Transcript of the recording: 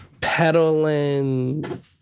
peddling